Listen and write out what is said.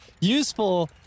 Useful